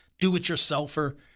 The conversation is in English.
do-it-yourselfer